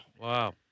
Wow